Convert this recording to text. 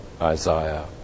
Isaiah